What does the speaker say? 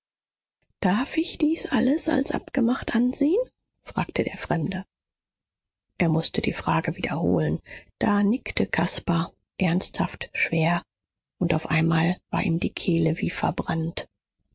darf ich dies alles als abgemacht ansehen fragte der fremde er mußte die frage wiederholen da nickte caspar ernsthaft schwer und auf einmal war ihm die kehle wie verbrannt